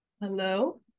Hello